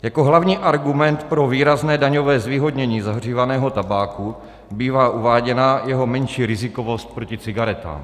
Jako hlavní argument pro výrazné daňové zvýhodnění zahřívaného tabáku bývá uváděná jeho menší rizikovost proti cigaretám.